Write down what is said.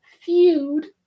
feud